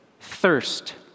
thirst